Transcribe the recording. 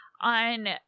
on